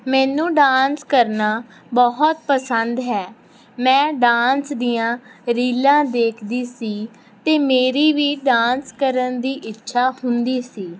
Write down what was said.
ਮੈਨੂੰ ਡਾਂਸ ਕਰਨਾ ਬਹੁਤ ਪਸੰਦ ਹੈ ਮੈਂ ਡਾਂਸ ਦੀਆਂ ਰੀਲਾਂ ਦੇਖਦੀ ਸੀ ਅਤੇ ਮੇਰੀ ਵੀ ਡਾਂਸ ਕਰਨ ਦੀ ਇੱਛਾ ਹੁੰਦੀ ਸੀ